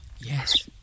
Yes